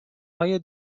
های